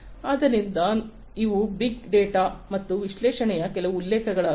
ಆದ್ದರಿಂದ ಇವು big data ಮತ್ತು ವಿಶ್ಲೇಷಣೆಯ ಕೆಲವು ಉಲ್ಲೇಖಗಳಾಗಿವೆ